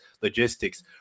Logistics